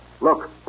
look